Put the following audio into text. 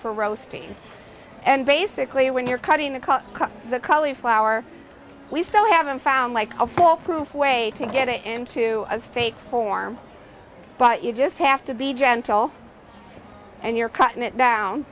for roasting and basically when you're cutting the cut cut the color flour we still haven't found like a full proof way to get it into a steak form but you just have to be gentle and you're cutting it down